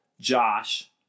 Josh